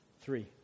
three